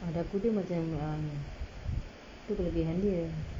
ah dagu dia macam ah ni tu kelebihan dia